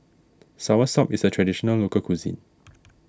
Soursop is a Traditional Local Cuisine